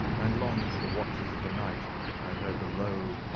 and long into the watches of the night i heard the low,